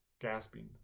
gasping